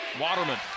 Waterman